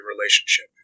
relationship